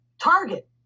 target